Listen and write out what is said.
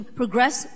progress